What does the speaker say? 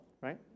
right